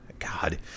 God